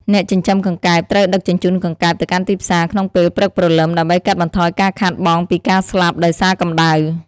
អ្នកចិញ្ចឹមកង្កែបត្រូវដឹកជញ្ជូនកង្កែបទៅកាន់ទីផ្សារក្នុងពេលព្រឹកព្រលឹម ដើម្បីកាត់បន្ថយការខាតបង់ពីការស្លាប់ដោយសារកម្ដៅ។